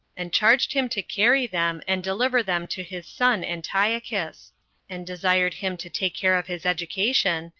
and charged him to carry them, and deliver them to his son antiochus and desired him to take care of his education,